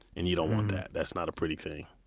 and you don't want that that's not a pretty thing.